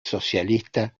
socialista